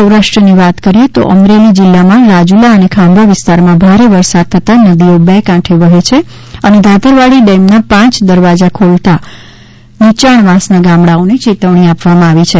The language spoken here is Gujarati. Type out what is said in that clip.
સૌરાષ્ટ્રની વાત કરી એ તો અમરેલી જિલ્લામાં રાજુલા અને ખાંભા વિસ્તારમાં ભારે વરસાદ થતા નદીઓ બે કાંઠે વહે છે અને ધાતરવાડી ડેમના પાંચ દરવાજા ખોલતા નીચાણવાસના ગામડાઓને ચેતવણી આપવામાં આવી છે